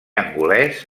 angolès